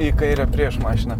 į kairę prieš mašiną